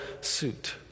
suit